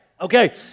Okay